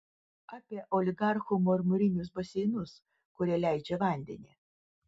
apie oligarchų marmurinius baseinus kurie leidžia vandenį